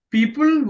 People